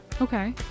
Okay